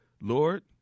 Lord